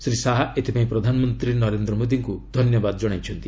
ଶ୍ରୀ ଶାହା ଏଥିପାଇଁ ପ୍ରଧାନମନ୍ତ୍ରୀ ନରେନ୍ଦ୍ର ମୋଦୀଙ୍କୁ ଧନ୍ୟବାଦ ଜଣାଇଛନ୍ତି